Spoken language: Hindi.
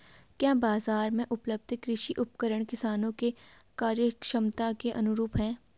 क्या बाजार में उपलब्ध कृषि उपकरण किसानों के क्रयक्षमता के अनुरूप हैं?